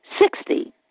Sixty